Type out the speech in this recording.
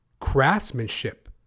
craftsmanship